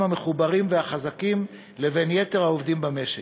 המחוברים והחזקים לבין יתר העובדים במשק.